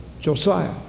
Josiah